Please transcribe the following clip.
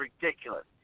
ridiculous